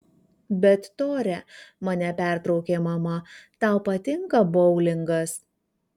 bet tore mane pertraukė mama tau patinka boulingas